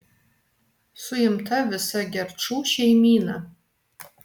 suimta visa gerčų šeimyna